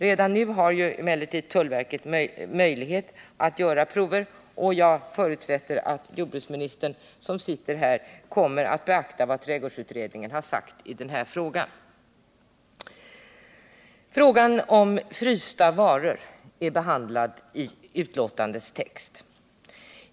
Redan nu har emellertid tullverket möjlighet att göra prover, och jag förutsätter att jordbruksministern, som sitter här, kommer att beakta vad trädgårdsutredningen sagt i den här frågan. Frågan om frysta varor är behandlad i betänkandets text.